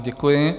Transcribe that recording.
Děkuji.